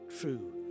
true